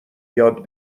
یاد